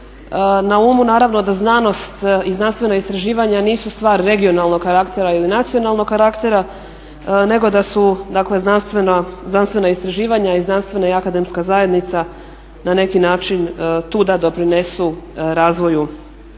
na umu naravno da znanost i znanstvena istraživanja nisu stvar regionalnog karaktera ili nacionalnog karaktera nego da su dakle znanstvena istraživanja i Znanstvena i Akademska zajednica na neki način tu da doprinesu razvoju